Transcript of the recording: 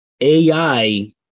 AI